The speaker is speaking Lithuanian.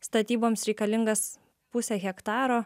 statyboms reikalingas pusė hektaro